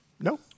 No